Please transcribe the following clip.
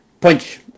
punch